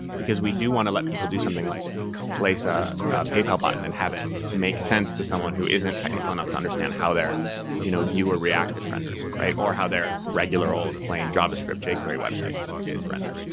because we do want to let people do something like place a paypal button and have it make sense to someone who isn't technical enough to understand how their you know vue or react is rendering or how their regular old plane javascript jquery website is is rendering.